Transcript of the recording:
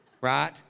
right